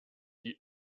die